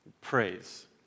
praise